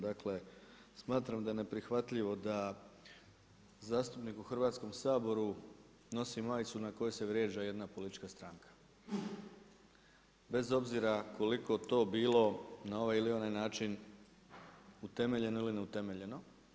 Dakle, smatram da je neprihvatljivo da zastupnik u Hrvatskom saboru nosi majicu na kojoj vrijeđa jedna politička stranka bez obzira koliko to bilo na ovaj ili način utemeljeno ili neutemeljeno.